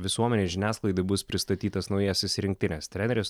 visuomenei žiniasklaidai bus pristatytas naujasis rinktinės treneris